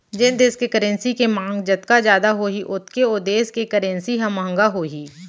जेन देस के करेंसी के मांग जतका जादा होही ओतके ओ देस के करेंसी ह महंगा होही